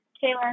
Taylor